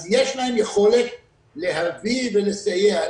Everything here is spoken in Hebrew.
אז יש להם יכולת להביא ולסייע.